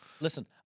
Listen